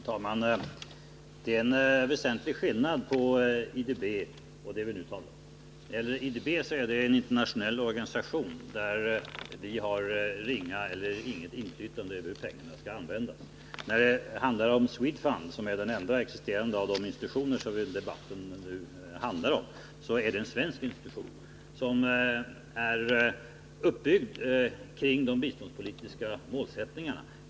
Herr talman! Det är en väsentlig skillnad på IDB och det vi nu talar om. IDB är en internationell organisation, där vi har ringa eller inget inflytande över hur pengarna skall användas. SWEDFUND - som är den enda existerande av de institutioner som den här debatten nu handlar om — är däremot en svensk institution, som är uppbyggd kring de biståndspolitiska målsättningarna.